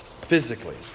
physically